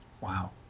wow